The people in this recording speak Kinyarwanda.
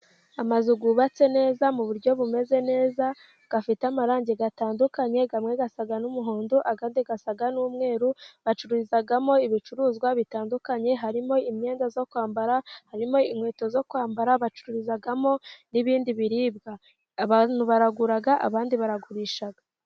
Amazu gubatse neza mu buryo bumeze neza,, gafite amarangi gatandukanye gamwe gasaga n'umuhondo agade gasaga n'umweru bacururizagamo ibicuruzwa bitandukanye, harimo imyenda zo kwambara, harimo inkweto zo kwambara, bacururizagamo n'ibindi biribwa abantu baraguraga abandi baragurishaga.